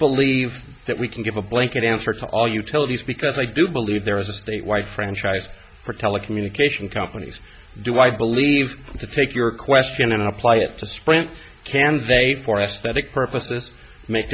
believe that we can give a blanket answer to all utilities because i do believe there is a state wide franchise for telecommunication companies do i believe to take your question and apply it to sprint candidate for aesthetic purposes make